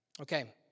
Okay